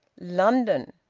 london!